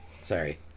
Sorry